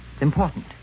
important